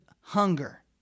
hunger